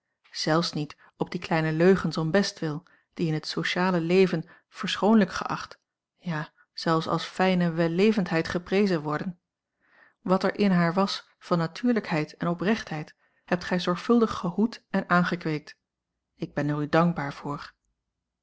zelfs niet op die kleine leugens om bestwil die in het sociale leven verschoonlijk geacht ja zelfs als fijne wellevendheid geprezen worden wat er in haar was van natuurlijkheid en oprechtheid hebt gij zorgvuldig gehoed en aangekweekt ik ben er u dankbaar voor